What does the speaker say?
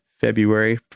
February